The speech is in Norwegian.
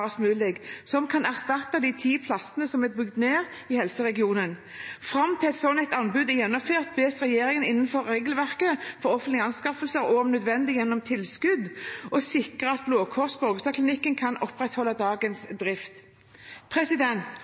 mulig, som kan erstatte de 10 plassene som er bygget ned i helseregionen. Fram til et slikt anbud er gjennomført bes regjeringen, innenfor regelverket for offentlige anskaffelser og om nødvendig gjennom tilskudd, sikre at Blå Kors Borgestadklinikken kan opprettholde dagens drift».